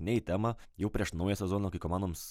ne į temą jau prieš naują sezoną kai komandoms